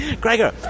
Gregor